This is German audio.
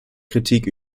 kritik